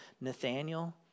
Nathaniel